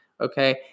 Okay